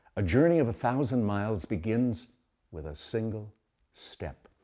a journey of a thousand miles begins with a single step,